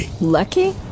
Lucky